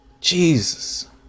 Jesus